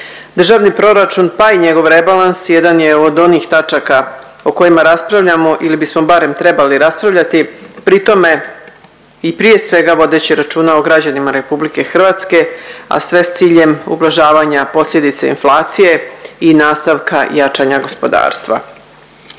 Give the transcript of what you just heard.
Državni proračun, pa i njegov rebalans jedan je od onih tačaka o kojima raspravljamo ili bismo barem trebali raspravljati, pri tome i prije svega vodeći računa o građanima RH, a sve s ciljem ublažavanja posljedica inflacije i nastavka jačanja gospodarstva.